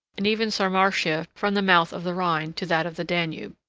and even sarmatia, from the mouth of the rhine to that of the danube.